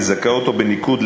מזכה אותו בניקוד,